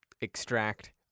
extract